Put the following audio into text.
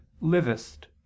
livest